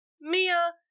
Mia